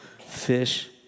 Fish